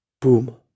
boom